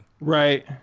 Right